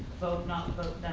vote not vote